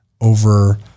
over